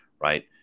Right